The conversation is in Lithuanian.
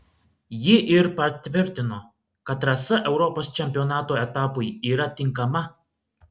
ji ir patvirtino kad trasa europos čempionato etapui yra tinkama